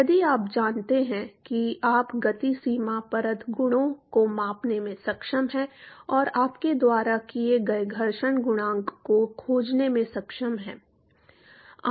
यदि आप जानते हैं कि आप गति सीमा परत गुणों को मापने में सक्षम हैं और आपके द्वारा किए गए घर्षण गुणांक को खोजने में सक्षम हैं